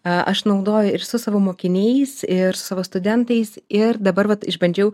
aš naudoju ir su savo mokiniais ir savo studentais ir dabar vat išbandžiau